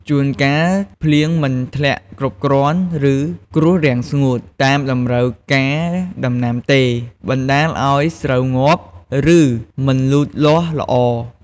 ជួនកាលភ្លៀងមិនធ្លាក់គ្រប់គ្រាន់ ឬ គ្រោះរាំងស្ងួត តាមតម្រូវការដំណាំទេ បណ្ដាលឱ្យស្រូវងាប់ ឬមិនលូតលាស់ល្អ។